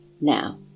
now